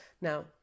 Now